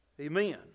Amen